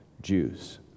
Jews